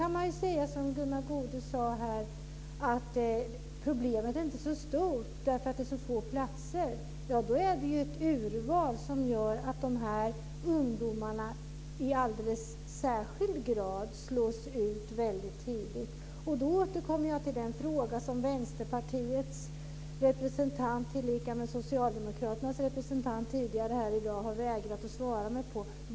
Gunnar Goude sade att problemet inte är så stort eftersom det är så få platser. Det sker ett urval som gör att ungdomarna i alldeles särskild grad slås ut väldigt tidigt. Jag återkommer då till den fråga som Vänsterpartiets representant och likaså Socialdemokraternas representant tidigare här i dag har vägrat att svara på.